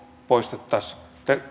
poistettaisiin